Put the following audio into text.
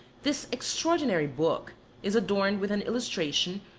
this extraordinary book is adorned with an illustra tion,